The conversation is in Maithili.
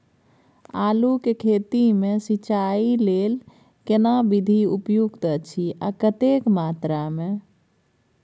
आलू के खेती मे सिंचाई लेल केना विधी उपयुक्त अछि आ कतेक मात्रा मे?